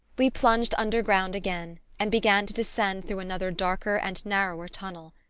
we plunged underground again and began to descend through another darker and narrower tunnel.